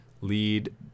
lead